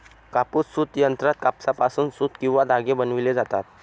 कापूस सूत यंत्रात कापसापासून सूत किंवा धागे बनविले जातात